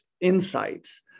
insights